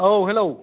औ हेल'